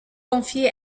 confié